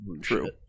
True